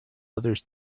others